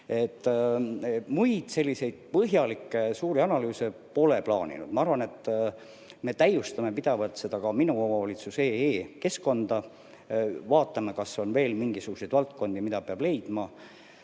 Muid põhjalikke suuri analüüse me pole plaaninud. Ma arvan, et me täiustame pidevalt ka seda minuomavalitsus.ee keskkonda, vaatame, kas on veel mingisuguseid valdkondi, mida peaks sealt